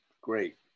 great